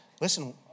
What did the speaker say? Listen